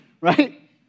right